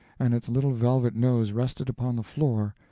and its little velvet nose rested upon the floor,